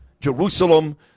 Jerusalem